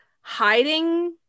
hiding